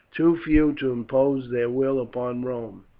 too few to impose their will upon rome.